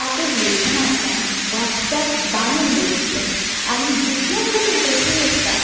आपले लेखनांतल्यान वाचप्याक बांदून दवरचें आनी जितलो बूक इंट्रस्टिंग आसता